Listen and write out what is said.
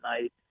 night